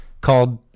called